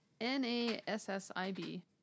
N-A-S-S-I-B